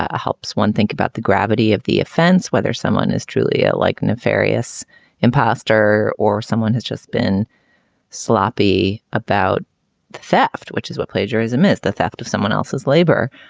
ah helps one. think about the gravity of the offense, whether someone is truly ah like nefarious imposter or someone has just been sloppy about the theft, which is what plagiarism is. the theft of someone else's labor.